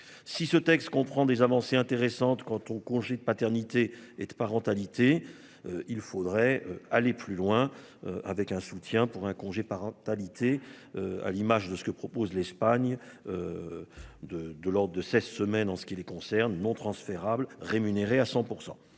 si ce texte comprend des avancées intéressantes quant congé de maternité et de parentalité. Il faudrait aller plus loin avec un soutien pour un congé parentalité. À l'image de ce que propose l'Espagne. De, de l'ordre de cette semaine en ce qui les concerne non transférables rémunéré à 100%.